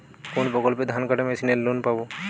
কোন প্রকল্পে ধানকাটা মেশিনের লোন পাব?